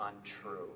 Untrue